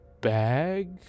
bag